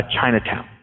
Chinatown